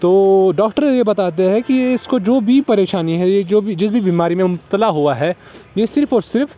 تو ڈاکٹر یہ بتاتے ہے کہ اس کو جو بھی پریشانی ہے یہ جو بھی جس بھی بیماری میں مبتلا ہوا ہے یہ صرف اور صرف